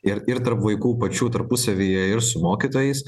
ir ir tarp vaikų pačių tarpusavyje ir su mokytojais